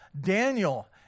Daniel